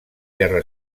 guerra